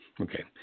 Okay